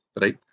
right